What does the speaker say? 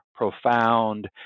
profound